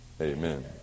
amen